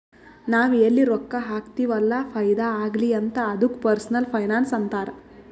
ನಾವ್ ಎಲ್ಲಿ ರೊಕ್ಕಾ ಹಾಕ್ತಿವ್ ಅಲ್ಲ ಫೈದಾ ಆಗ್ಲಿ ಅಂತ್ ಅದ್ದುಕ ಪರ್ಸನಲ್ ಫೈನಾನ್ಸ್ ಅಂತಾರ್